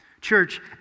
Church